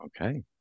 Okay